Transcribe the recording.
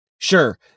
Sure